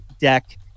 deck